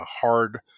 hard